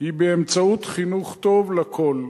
היא באמצעות חינוך טוב לכול.